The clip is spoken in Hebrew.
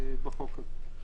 במהלך תקופת הבידוד של הנכנס,